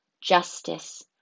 justice